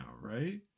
right